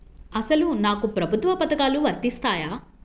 అసలు నాకు ప్రభుత్వ పథకాలు వర్తిస్తాయా?